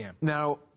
Now